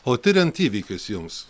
o tiriant įvykius jums